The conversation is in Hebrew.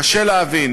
קשה להבין,